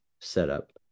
setup